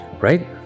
right